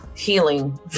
healing